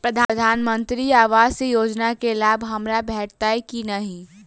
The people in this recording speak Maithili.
प्रधानमंत्री आवास योजना केँ लाभ हमरा भेटतय की नहि?